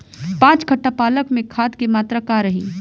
पाँच कट्ठा पालक में खाद के मात्रा का रही?